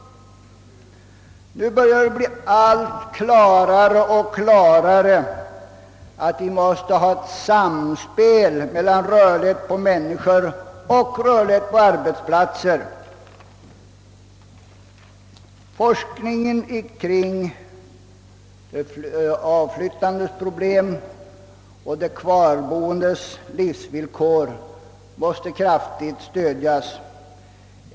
Nu framstår det allt klarare att vi måste ha ett samspel mellan rörlighet på människor och rörlighet på arbetsplatser. Forskningen kring avflyttandets problem och de kvarboendes villkor måste kraftigt stödjas.